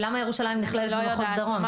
למה ירושלים נכללת במחוז דרום?